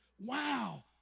wow